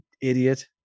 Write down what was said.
idiot